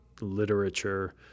literature